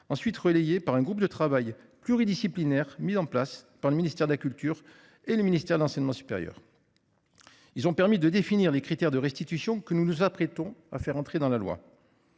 maories, relayée par un groupe de travail pluridisciplinaire mis en place par le ministère de la culture et le ministère de l'enseignement supérieur. Ces derniers ont permis de définir les critères de restitution que nous nous apprêtons à faire entrer dans la loi